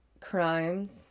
crimes